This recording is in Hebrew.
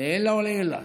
לעילא ולעילא,